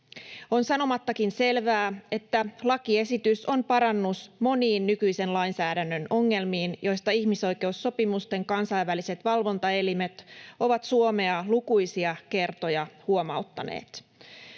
On sanomattakin selvää, että lakiesitys on parannus moniin nykyisen lainsäädännön ongelmiin, joista ihmisoikeussopimusten kansainväliset valvontaelimet ovat Suomea lukuisia kertoja huomauttaneet.